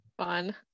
Fun